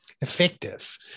effective